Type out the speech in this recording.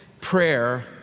prayer